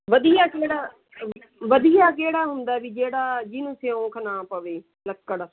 ਵਧੀਆ ਕਿਹੜਾ ਵਧੀਆ ਕਿਹੜਾ ਹੁੰਦਾ ਵੀ ਜਿਹੜਾ ਜਿਹਨੂੰ ਸਿਉਂਕ ਨਾ ਪਵੇ ਲੱਕੜ